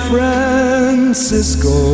Francisco